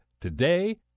Today